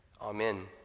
Amen